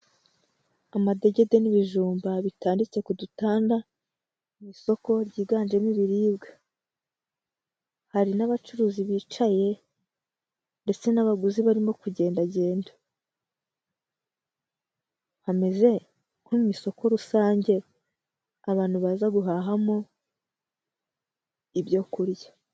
Amadegede n'ibijumba bitandtse ku dutanda, mu isoko ryiganjemo ibibiribwa. Hari n'abacuruzi bicaye n'abaguzi barimo kugendagenda, hameze nko mu isoko rusange abantu baza guhahamo ibyo kurya.